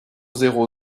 zéro